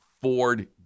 Ford